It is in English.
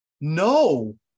no